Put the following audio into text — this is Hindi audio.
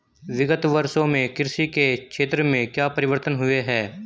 विगत वर्षों में कृषि के क्षेत्र में क्या परिवर्तन हुए हैं?